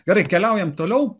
gerai keliaujam toliau